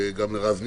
רז נזרי,